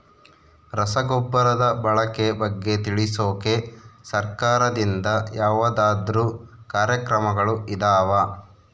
ರಸಗೊಬ್ಬರದ ಬಳಕೆ ಬಗ್ಗೆ ತಿಳಿಸೊಕೆ ಸರಕಾರದಿಂದ ಯಾವದಾದ್ರು ಕಾರ್ಯಕ್ರಮಗಳು ಇದಾವ?